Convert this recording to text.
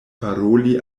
paroli